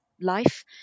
life